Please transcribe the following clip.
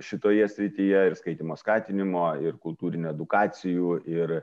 šitoje srityje ir skaitymo skatinimo ir kultūrinių edukacijų ir